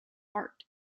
art